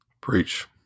Preach